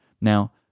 now